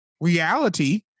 reality